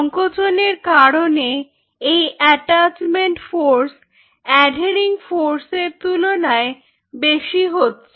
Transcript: সংকোচনের কারণে এই অ্যাটাচমেন্ট ফোর্স অ্যাঢেরিং ফোর্স এর তুলনায় বেশি হচ্ছে